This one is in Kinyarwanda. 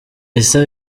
issa